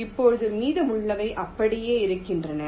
இப்போது மீதமுள்ளவை அப்படியே இருக்கின்றன